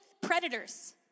predators